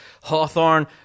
Hawthorne